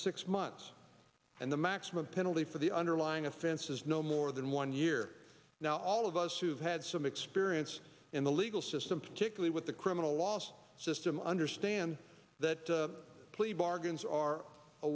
six months and the maximum penalty for the underlying offense is no more than one year now all of us who've had some experience in the legal system particularly with the criminal laws system understand that the plea bargains are a